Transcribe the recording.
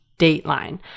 dateline